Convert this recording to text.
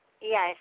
Yes